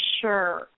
sure